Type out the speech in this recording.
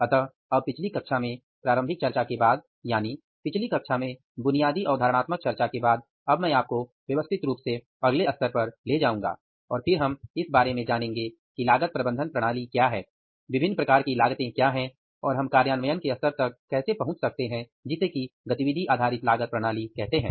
अता अब पिछली कक्षा में प्रारंभिक चर्चा के बाद यानी पिछली कक्षा में बुनियादी अवधारणात्मक चर्चा के बाद अब मैं आपको व्यवस्थित रूप से अगले स्तर पर ले जाऊंगा और फिर हम इस बारे में जानेंगे कि लागत प्रबंधन प्रणाली क्या है विभिन्न प्रकार की लागतें क्या हैं और हम कार्यान्वयन के स्तर तक कैसे पहुँच सकते हैं जिसे गतिविधि आधारित लागत प्रणाली कहते है